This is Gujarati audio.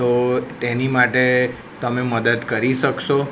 તો તેની માટે તમે મદદ કરી શકશો